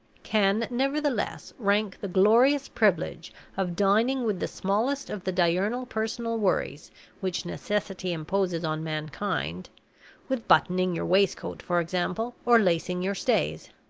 can, nevertheless, rank the glorious privilege of dining with the smallest of the diurnal personal worries which necessity imposes on mankind with buttoning your waistcoat, for example, or lacing your stays!